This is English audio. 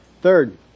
Third